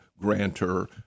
grantor